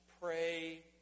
pray